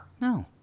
No